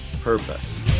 purpose